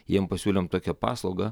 jiem pasiūlėm tokią paslaugą